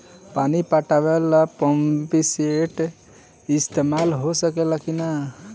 पानी पटावे ल पामपी सेट के ईसतमाल हो सकेला कि ना?